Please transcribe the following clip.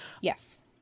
Yes